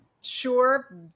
Sure